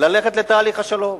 לתהליך השלום,